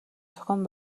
зохион